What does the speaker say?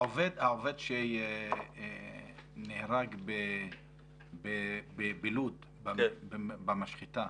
העובד שנהרג בלוד במשחטה,